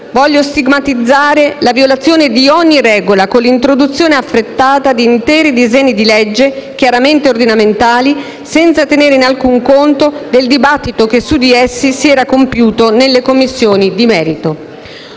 voglio stigmatizzare la violazione di ogni regola con l'introduzione affrettata di interi disegni di legge - chiaramente ordinamentali - senza tenere in alcun conto il dibattito che su di essi si era compiuto nelle Commissioni di merito.